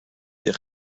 des